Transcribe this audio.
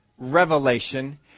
Revelation